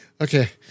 Okay